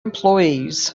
employees